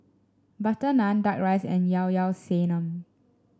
butter naan duck rice and Llao Llao Sanum